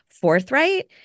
forthright